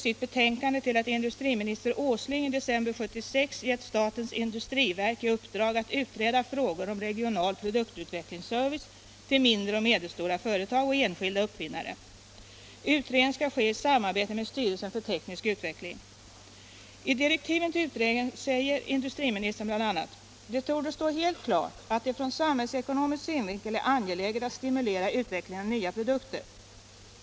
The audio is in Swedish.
I direktiven till utredningen säger industriministern bl.a.: ”Det torde stå helt klart att det från samhällsekonomisk synvinkel är angeläget att stimulera utvecklingen av nya produkter.